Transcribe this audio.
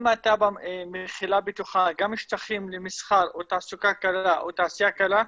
אם התב"ע מכילה בתוכה גם שטחים למסחר או תעסוקה קלה או תעשייה קלה,